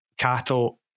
cattle